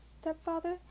stepfather